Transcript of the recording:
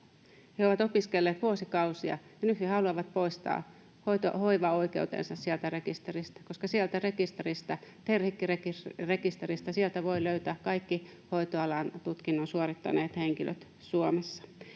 He ovat opiskelleet vuosikausia, ja nyt he haluavat poistaa hoivaoikeutensa sieltä rekisteristä, koska sieltä rekisteristä, Terhikki-rekisteristä, voi löytää kaikki hoitoalan tutkinnon suorittaneet henkilöt Suomessa.